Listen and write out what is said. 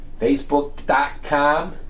facebook.com